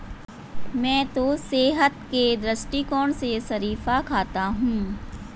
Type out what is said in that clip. मैं तो सेहत के दृष्टिकोण से शरीफा खाता हूं